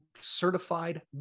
certified